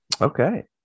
Okay